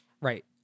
Right